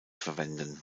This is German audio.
verwenden